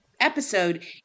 episode